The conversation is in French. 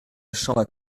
chambre